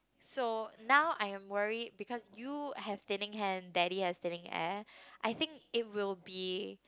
so now I am worried because you have thinning hair and daddy has thinning hair I think it will be